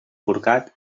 forcat